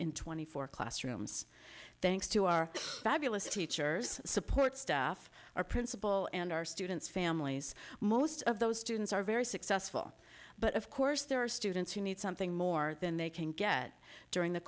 in twenty four classrooms thanks to our fabulous teachers support staff our principal and our students families most of those students are very successful but of course there are students who need something more than they can get during the